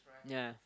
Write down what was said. ya